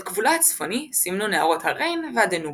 את גבולה הצפוני סימנו נהרות הריין והדנובה.